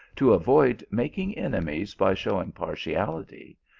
to avoid making enemies by showing partiality,